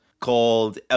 called